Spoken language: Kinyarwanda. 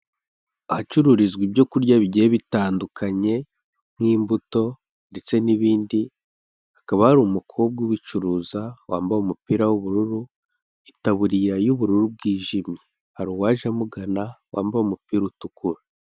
Ahacururizwa ibyo kurya bigiye bitandukanye nk'imbuto ndetse n'ibindi, hakaba hari umukobwa ubicuruza wambaye umupira w'ubururu, itaburiya y'ubururu bwijimye, hari uwaje amugana wambaye umupira utukura.